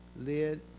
lid